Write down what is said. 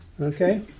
Okay